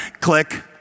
Click